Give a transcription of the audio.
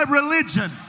religion